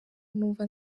numva